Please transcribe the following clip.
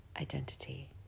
identity